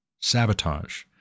sabotage